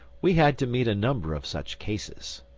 we had to meet a number of such cases.